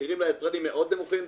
המחירים ליצרנים מאוד נמוכים,